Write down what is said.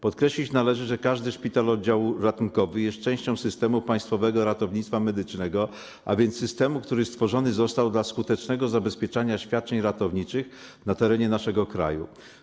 Podkreślić należy, że każdy szpitalny oddział ratunkowy jest częścią systemu Państwowego Ratownictwa Medycznego, a więc systemu, który został stworzony w celu skutecznego zabezpieczenia świadczeń ratowniczych na terenie naszego kraju.